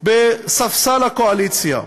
בספסלי הקואליציה.